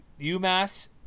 UMass